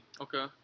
Okay